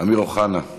אמיר אוחנה,